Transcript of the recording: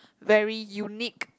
very unique